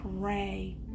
pray